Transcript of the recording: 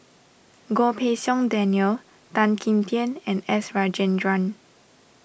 Goh Pei Siong Daniel Tan Kim Tian and S Rajendran